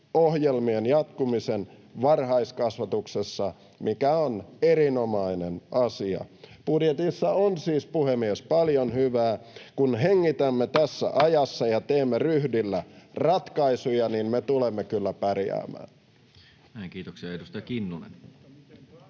Liikkuva-ohjelmien jatkumisesta varhaiskasvatuksessa, mikä on erinomainen asia. Budjetissa on siis, puhemies, paljon hyvää. Kun hengitämme tässä ajassa ja teemme ryhdillä ratkaisuja, me tulemme kyllä pärjäämään. [Speech 182] Speaker: